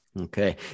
Okay